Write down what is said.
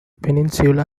peninsula